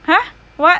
!huh! what